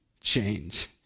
change